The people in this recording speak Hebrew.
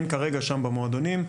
הם כרגע שם במועדונים.